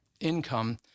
income